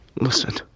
listen